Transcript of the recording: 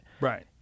Right